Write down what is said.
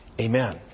Amen